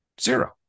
Zero